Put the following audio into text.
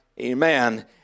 amen